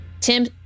Tim